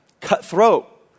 Cutthroat